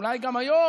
אולי גם היום,